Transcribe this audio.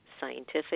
scientific